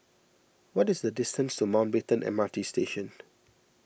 what is the distance to Mountbatten M R T Station